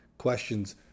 questions